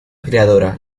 creadora